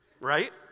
right